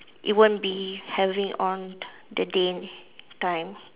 it won't be having on the day time